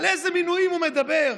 על איזה מינויים הוא מדבר?